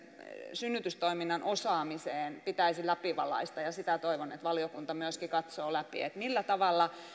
synnytystoiminnan osaamiseen pitäisi läpivalaista sitä toivon että valiokunta myöskin katsoo läpi millä tavalla